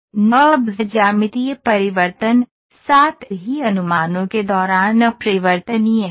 NURBS ज्यामितीय परिवर्तन साथ ही अनुमानों के दौरान अपरिवर्तनीय हैं